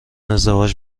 ازدواج